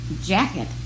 jacket